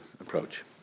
approach